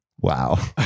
Wow